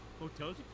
Hotels